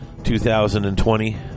2020